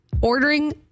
ordering